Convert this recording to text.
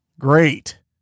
Great